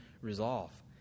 resolve